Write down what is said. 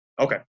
Okay